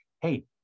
hey